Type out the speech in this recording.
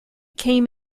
came